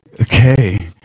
Okay